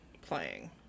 playing